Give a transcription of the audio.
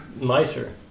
nicer